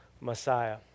Messiah